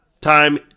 time